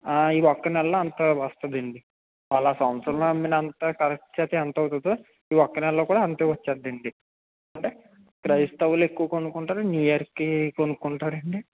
ఆ ఈ ఒక్క నెలలో అంత వస్తుందండి వాళ్ళు ఆ సంవత్సరంలో అమ్మిన అంతా కలెక్ట్ చేస్తే ఎంతవుతుందో ఈ ఒక్క నెలలో కూడా అంతే వచ్చేద్దండి అంటే క్రైస్తవులు ఎక్కువ కొనుక్కుంటారు న్యూఇయర్కి కొనుక్కుంటారండీ